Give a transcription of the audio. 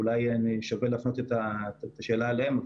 אולי שווה להפנות את השאלה אליהם,